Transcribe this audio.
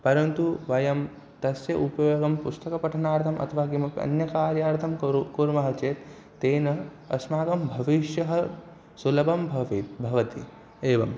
परन्तु वयं तस्य उपयोगं पुस्तकपठनार्थम् अथवा किमपि अन्यकार्यार्थं कुर्मः कुर्मः चेत् तेन अस्माकं भविष्यः सुलभः भवेत् भवति एवम्